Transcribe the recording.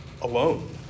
alone